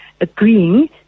Agreeing